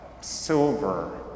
silver